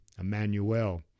Emmanuel